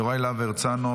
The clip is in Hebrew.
יוראי להב הרצנו,